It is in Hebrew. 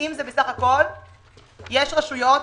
יש רשויות,